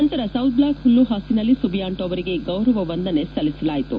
ಬಳಿಕ South Block ಹುಲ್ಲುಹಾಸಿನಲ್ಲಿ Subianto ಅವರಿಗೆ ಗೌರವ ವಂದನೆ ನೀಡಲಾಯಿತು